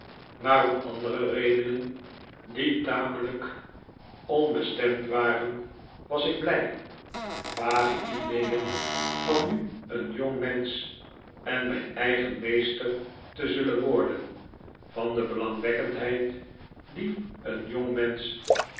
maar om andere redemijn schooljaren zijn voorbij nen die tamelijk onbestemd waren was ik blij vage ideeen van nu een jongmensch en mijn eigen meester te zullen worden van de belangwekkendheid die een jongmensch